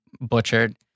butchered